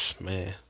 man